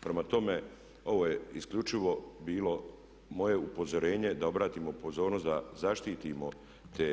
Prema tome, ovo je isključivo bilo moje upozorenje da obratimo pozornost da zaštitimo tu